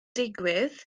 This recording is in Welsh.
digwydd